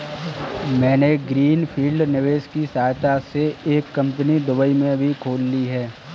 मैंने green field निवेश की सहायता से एक कंपनी दुबई में भी खोल ली है